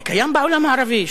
זה קיים בעולם הערבי.